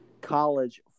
college